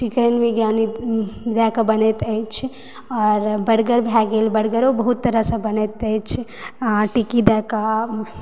chicken दयके बनैत अछि आओर बर्गर भए गेल बर्गरो बहुत तरहसँ बनैत अछि आ टिक्की दयके